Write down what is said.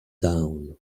down